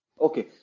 Okay